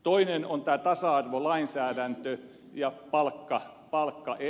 toinen on tasa arvolainsäädäntö ja palkkaerot